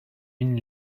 une